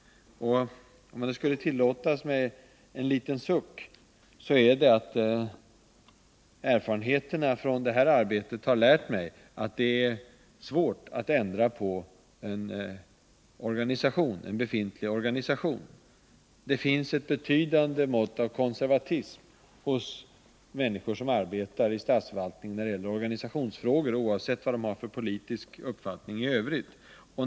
Om det skulle tillåtas mig en liten suck, är det att erfarenheterna från det här arbetet har lärt mig att det är svårt att ändra på en befintlig organisation. Det finns ett betydande mått av konservatism hos människor som arbetar i statsförvaltningen när det gäller organisationsfrågor, oavsett vad de har för politisk uppfattning i övrigt.